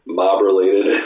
mob-related